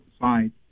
side